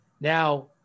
Now